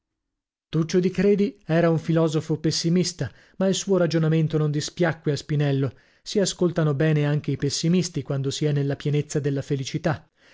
tuccio di credi era un filosofo pessimista ma il suo ragionamento non dispiacque a spinello si ascoltano bene anche i pessimisti quando si è nella pienezza della felicità